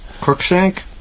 Crookshank